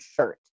shirt